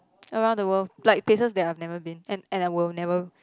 around the world like places that I've never been and and I will never